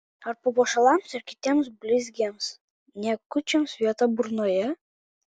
ar papuošalams ir kitiems blizgiems niekučiams vieta burnoje